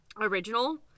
original